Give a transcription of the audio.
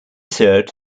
served